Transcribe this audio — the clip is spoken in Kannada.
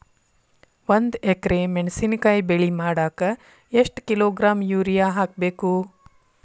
ಒಂದ್ ಎಕರೆ ಮೆಣಸಿನಕಾಯಿ ಬೆಳಿ ಮಾಡಾಕ ಎಷ್ಟ ಕಿಲೋಗ್ರಾಂ ಯೂರಿಯಾ ಹಾಕ್ಬೇಕು?